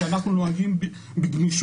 האם יש סיטואציה שמוטל צו הגבלה,